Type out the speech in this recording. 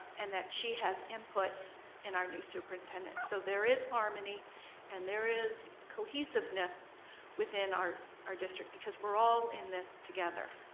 and that she has input in our new superintendent. so there is harmony and there is cohesiveness within our our district, because we're all in this together.